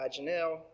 Janelle